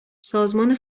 سازمان